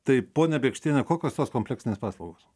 tai ponia bėkštiene kokios tos kompleksinės paslaugos